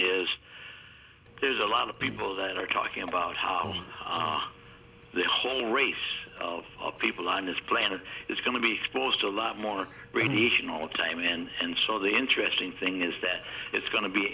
is there's a lot of people that are talking about how the whole race of people on this planet is going to be exposed to a lot more radiation all the time and so the interesting thing is that it's go